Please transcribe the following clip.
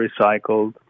recycled